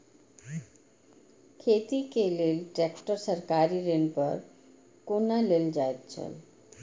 खेती के लेल ट्रेक्टर सरकारी ऋण पर कोना लेल जायत छल?